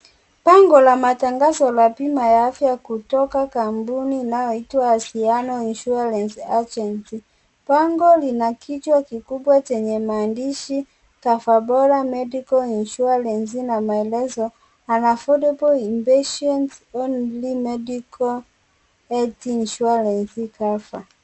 Bango la matangazo la bima ya afya kutoka kampuni inayo itwa Siano insurance agency. Bango lina kichwa kikubwa chenye maandishi cover bora medical insurance na maelezo an affordable in patient only medical and insurance cover .